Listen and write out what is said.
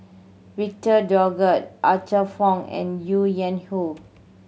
Victor Doggett Arthur Fong and Ho Yuen Hoe